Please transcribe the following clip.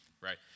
right